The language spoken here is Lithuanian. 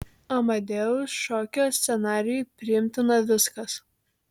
amadeus šokio scenarijui priimtina viskas